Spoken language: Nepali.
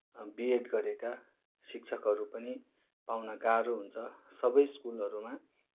बिएड गरेका शिक्षकहरू पनि पाउन गाह्रो हुन्छ सबै स्कुलहरूमा